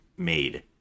Made